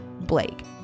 Blake